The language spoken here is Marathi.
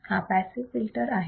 हा पॅसिव्ह फिल्टर आहे